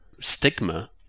stigma